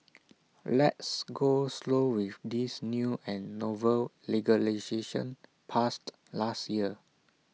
let's go slow with this new and novel legislation passed last year